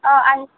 অঁ আহি